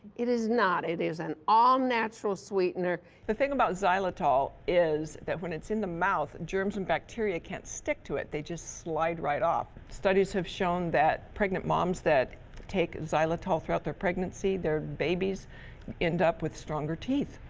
it is not. it is an um all-natural sweetener. the thing about xylitol is that when it's in the mouth, germs and bacteria can't stick to it. they just slide right off. studies have shown that pregnant moms that take xylitol throughout their pregnancy, their babies end up with stronger teeth.